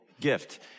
gift